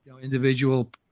individual